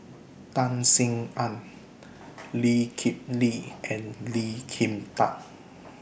Tan Sin Aun Lee Kip Lee and Lee Kin Tat